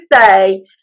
say